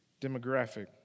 demographic